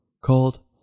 called